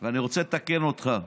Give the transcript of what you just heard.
ואני רוצה לתקן אותך.